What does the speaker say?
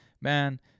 Man